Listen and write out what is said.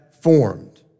formed